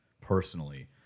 personally